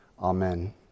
Amen